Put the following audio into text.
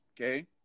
okay